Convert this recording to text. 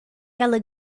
ela